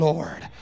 Lord